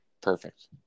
Perfect